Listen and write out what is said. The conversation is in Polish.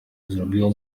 zrobiło